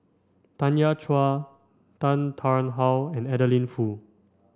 Tanya Chua Tan Tarn How and Adeline Foo